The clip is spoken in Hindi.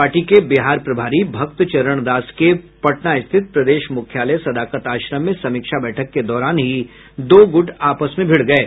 पार्टी के बिहार प्रभारी भक्त चरण दास के पटना स्थित प्रदेश मुख्यालय सदाकत आश्रम में समीक्षा बैठक के दौरान ही दो गुट आपस में भिड़ गये